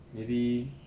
maybe